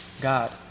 God